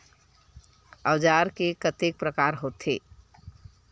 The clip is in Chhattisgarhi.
औजार के कतेक प्रकार होथे?